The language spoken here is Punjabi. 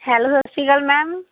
ਹੈਲੋ ਸਤਿ ਸ਼੍ਰੀ ਅਕਾਲ ਮੈਮ